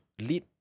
lead